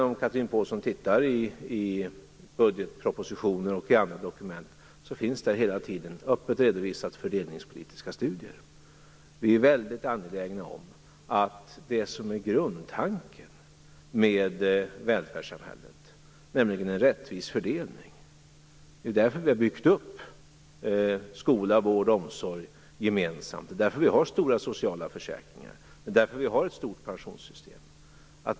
Om Chatrine Pålsson tittar i budgetpropositioner och i andra dokument ser hon att där alltid öppet redovisas fördelningspolitiska studier. Vi är väldigt angelägna om att det som är grundtanken med välfärdssamhället, nämligen en rättvis fördelning, inte äventyras. Det är därför vi har byggt upp skola, vård och omsorg gemensamt. Det är därför vi har stora sociala försäkringar. Det är därför vi har ett stort pensionssystem.